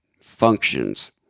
functions